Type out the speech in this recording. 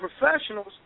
professionals